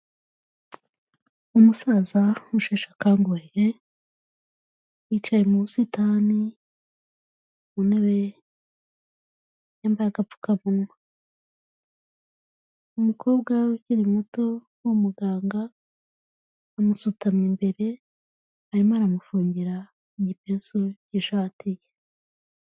Umusaza w'umusheshe akanguhe, yicaye mu busitani ku ntebe, yambaye agapfukamunwa. Umukobwa ukiri muto w'umuganga amusutamye imbere, arimo aramufungira igipesu cy'ishati ye.